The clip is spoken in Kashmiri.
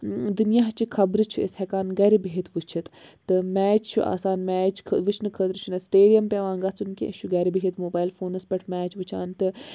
دُنیاہ چہِ خَبرٕ چھِ أسۍ ہؠکان گَرِ بِہِتھ وُچھِتھ تہٕ میچ چھُ آسان میچ وُچھنہٕ خٲطرٕ چھِنہٕ اَسہِ سِٹیڈیَم پٮ۪وان گَژُھن کیٚنٛہہ اَسہِ چھِ گَرِ بِہِتھ موبایِل فونَس پؠٹھ میچ وُچھان تہٕ